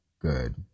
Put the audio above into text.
good